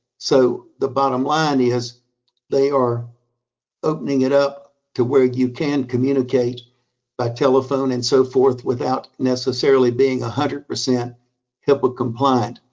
so the bottom line is they are opening it up to where you can communicate by telephone and so forth without necessarily being one ah hundred percent hipaa-compliant.